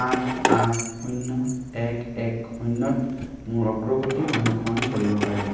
আঠ আঠ শূন্য এক এক শূন্যত মোৰ অগ্ৰগতি অনুসৰণ কৰিব পাৰিম